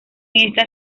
esta